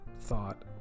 thought